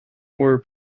were